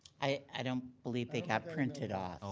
i don't believe they got printed off. ah